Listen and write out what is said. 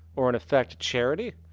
or, in effect, charity?